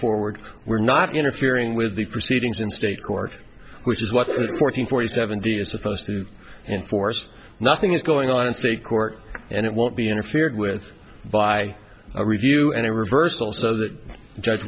forward we're not interfering with the proceedings in state court which is what the fourteen forty seven d is supposed to enforce nothing is going on in state court and it won't be interfered with by a review and a reversal so the judge